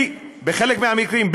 בחלק מהמקרים,